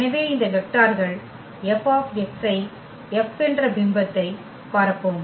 எனவே இந்த வெக்டார்கள் F F என்ற பிம்பத்தை பரப்பும்